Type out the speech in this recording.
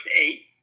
eight